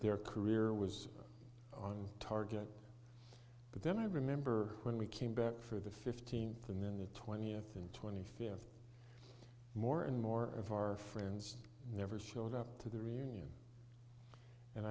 their career was on target but then i remember when we came back for the fifteenth and then the twentieth and twenty fifth more and more of our friends never showed up to the reunion and